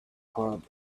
club